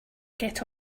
get